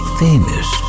famous